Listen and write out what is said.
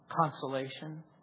Consolation